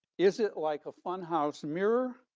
is it like a funhouse mirror,